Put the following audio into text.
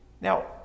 Now